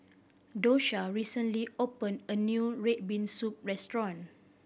Dosha recently opened a new red bean soup restaurant